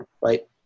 right